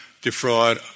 defraud